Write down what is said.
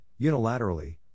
unilaterally